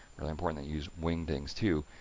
really important they use wingdings two,